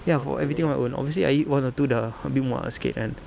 ya for everything on my own obviously I eat one or two sudah a bit muak sikit kan